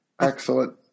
Excellent